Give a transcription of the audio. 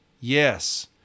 Yes